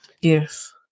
Yes